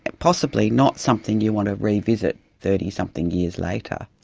possibly not something you want to revisit thirty something years later.